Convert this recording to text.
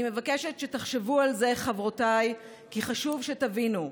אני מבקשת שתחשבו על זה, חברותיי, כי חשוב שתבינו.